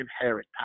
inherit